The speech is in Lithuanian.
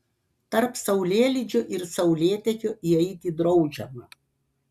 tarp saulėlydžio ir saulėtekio įeiti draudžiama